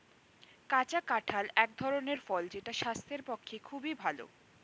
কাঁচা কাঁঠাল এক ধরনের ফল যেটা স্বাস্থ্যের পক্ষে খুবই ভালো